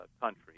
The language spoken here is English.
country